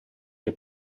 che